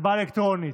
הצבעה אלקטרונית.